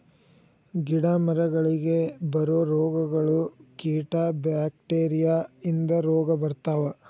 ಗಿಡಾ ಮರಗಳಿಗೆ ಬರು ರೋಗಗಳು, ಕೇಟಾ ಬ್ಯಾಕ್ಟೇರಿಯಾ ಇಂದ ರೋಗಾ ಬರ್ತಾವ